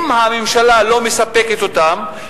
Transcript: אם הממשלה לא מספקת אותן,